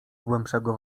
głębszego